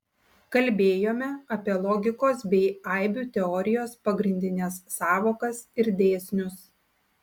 kalbėjome apie logikos bei aibių teorijos pagrindines sąvokas ir dėsnius